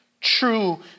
true